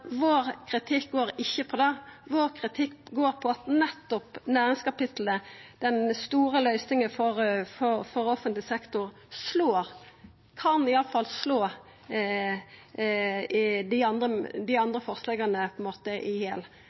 går ikkje på det. Kritikken vår går på at næringskapitlet og det som vert skildra som den store løysinga for offentleg sektor, kan slå i hel dei andre forslaga. Det er bekymringa vår. Ein kan ikkje få i